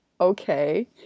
okay